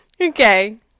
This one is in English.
Okay